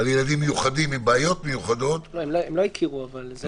ילדים עם בעיות מיוחדות --- הם לא הכירו אבל.